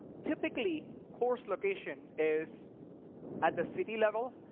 typically, coarse location is at the city level,